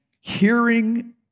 hearing